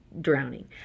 drowning